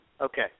Okay